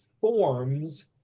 forms